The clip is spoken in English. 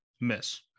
miss